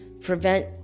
prevent